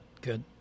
good